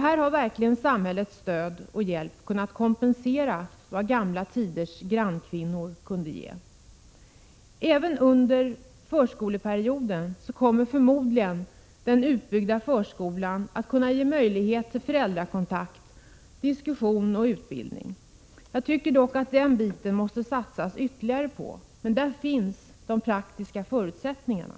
Här har verkligen samhällets stöd och hjälp kunnat kompensera vad gamla tiders grannkvinnor kunde ge. Även under förskoleperioden kommer förmodligen den utbyggda försko lan att kunna ge möjlighet till föräldrakontakt, diskussion och olika former av utbildning. Där måste det göras ytterligare satsningar, men där finns de praktiska förutsättningarna.